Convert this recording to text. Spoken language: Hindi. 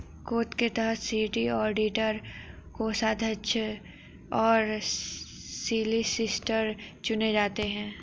कोड के तहत सिटी ऑडिटर, कोषाध्यक्ष और सॉलिसिटर चुने जाते हैं